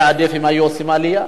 היה עדיף אם היו עושים עלייה,